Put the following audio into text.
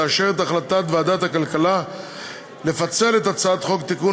לאשר את החלטת ועדת הכלכלה לפצל את הצעת חוק לתיקון